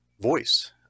voice